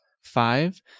five